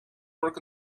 work